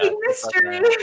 mystery